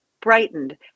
brightened